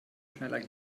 schneller